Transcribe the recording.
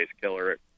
Killer